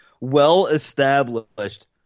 well-established